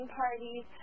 parties